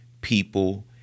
people